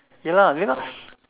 ya lah because